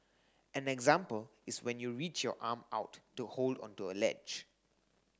an example is when you reach your arm out to hold onto a ledge